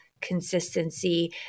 consistency